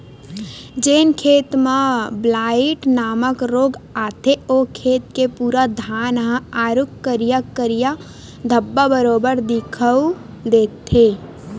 जेन खेत म ब्लाईट नामक रोग आथे ओ खेत के पूरा धान ह आरुग करिया करिया धब्बा बरोबर दिखउल देथे